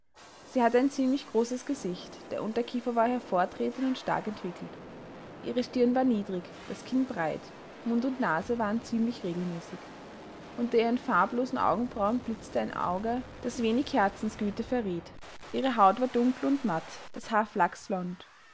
sie hatte ein ziemlich großes gesicht der unterkiefer war hervortretend und stark entwickelt ihre stirn war niedrig das kinn breit mund und nase waren ziemlich regelmäßig unter ihren farblosen augenbrauen blitzte ein auge das wenig herzensgüte verriet ihre haut war dunkel und matt das haar